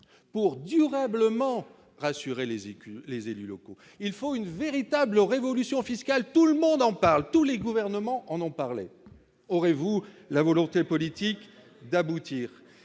pour durablement rassuré les écuries, les élus locaux, il faut une véritable révolution fiscale, tout le monde en parle tous les gouvernements en ont parlé, aurez-vous la volonté politique d'aboutir,